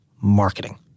Marketing